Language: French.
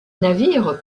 navire